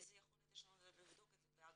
איזו יכולת יש לנו לבדוק את זה?